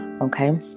Okay